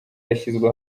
yashyizwe